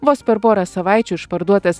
vos per porą savaičių išparduotas